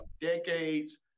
decades